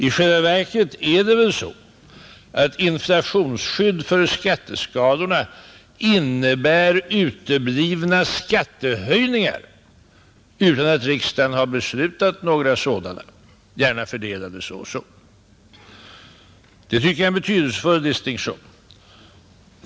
I själva verket innebär inflationsskydd för skatteskalorna uteblivna skattehöjningar — utan att riksdagen har beslutat några sådana — fördelade så och så. Det tycker jag är en betydelsefull distinktion.